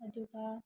ꯑꯗꯨꯒ